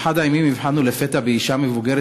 באחד הימים הבחנו לפתע באישה מבוגרת